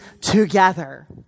together